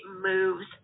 moves